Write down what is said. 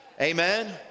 Amen